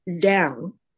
down